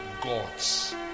gods